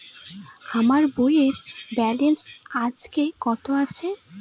আমার বইয়ের ব্যালেন্স আজকে কত আছে?